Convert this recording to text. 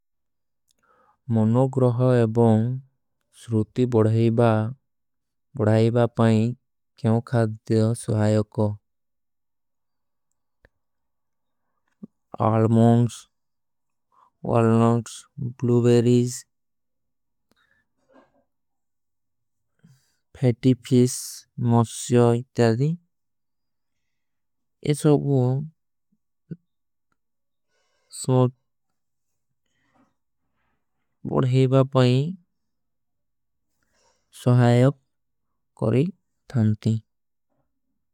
ମନୋଗ୍ରହା ଏବୋଂ ସୁରୂତି ବଢାଈବା ବଢାଈବା ପାଈ। କ୍ଯୋଂ ଖାତ ଦେଵା ସୁହାଯପ କୋ। Almonds, walnuts, blueberries, fatty fish. ମସ୍ଯୋଈ ତାଦୀ ଏଚୋ ବୁଂ। ସୁରୂତି ବଢାଈବା ପାଈ ସୁହାଯପ କରୀ ଥାନତୀ।